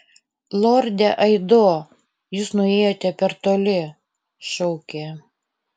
lorde aido jūs nuėjote per toli šaukė